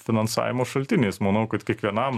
finansavimo šaltiniais manau kad kiekvienam